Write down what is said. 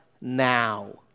now